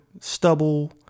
stubble